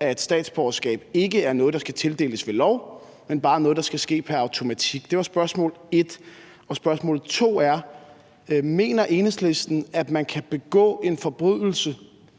at statsborgerskab ikke er noget, der skal tildeles ved lov, men bare noget, der skal ske pr. automatik. Det var spørgsmål et. Spørgsmål to er, om Enhedslisten mener, at man kan begå en forbrydelse